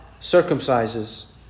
circumcises